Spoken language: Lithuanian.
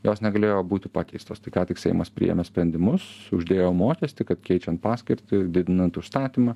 jos negalėjo būti pakeistos tai ką tik seimas priėmė sprendimus uždėjo mokestį kad keičiant paskirtį didinant užstatymą